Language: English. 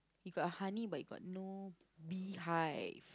you got honey but you got no beehive